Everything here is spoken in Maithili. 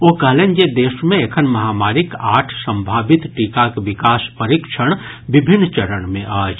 ओ कहलनि जे देश मे एखन महामारीक आठ संभावित टीकाक विकास परीक्षण विभिन्न चरण मे अछि